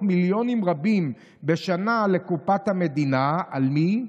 מיליונים רבים בשנה לקופת המדינה" על חשבון מי?